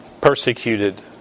persecuted